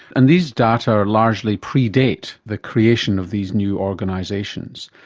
and these data largely predate the creation of these new organisations.